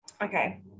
Okay